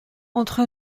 entre